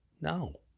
no